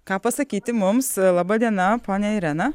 ką pasakyti mums laba diena ponia irena